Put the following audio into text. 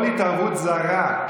כל התערבות זרה,